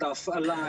את ההפעלה,